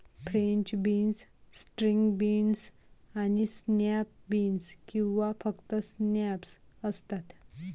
French beans, string beans आणि snap beans किंवा फक्त स्नॅप्स असतात